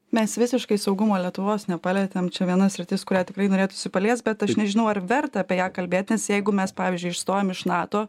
mes visiškai saugumo lietuvos nepalietėm čia viena sritis kurią tikrai norėtųsi paliest bet aš nežinau ar verta apie ją kalbėt nes jeigu mes pavyzdžiui išstojam iš nato